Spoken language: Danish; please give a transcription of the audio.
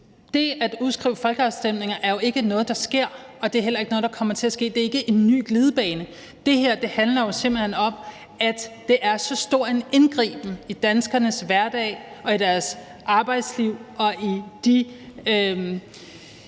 Det at udskrive folkeafstemninger er jo ikke noget, der sker, og det er heller ikke noget, der kommer til at ske. Det er ikke en ny glidebane. Det her handler jo simpelt hen om, at det er så stor en indgriben i danskernes hverdag, i deres arbejdsliv og i de